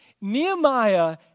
Nehemiah